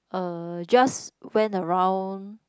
uh just went around